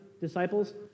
disciples